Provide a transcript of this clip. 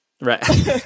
right